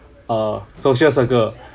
uh social circle